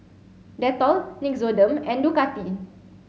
Dettol Nixoderm and Ducati